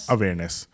Awareness